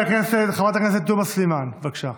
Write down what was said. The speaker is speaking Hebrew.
חברת הכנסת תומא סלימאן, בבקשה.